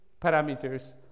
parameters